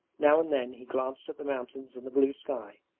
now and then he glanced at the mountains and the blue sky,